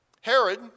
Herod